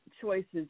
choices